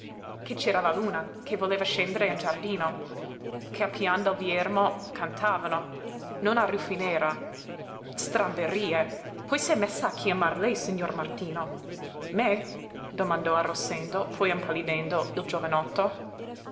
che c'era la luna che voleva scendere in giardino che a pian del viermo cantavano non a rufinera stramberie poi s'è messa a chiamar lei signor martino me domandò arrossendo poi impallidendo il giovanotto